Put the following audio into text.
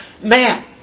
Man